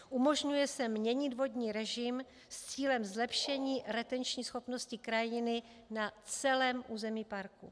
Umožňuje se měnit vodní režim s cílem zlepšení retenční schopnosti krajiny na celém území parku.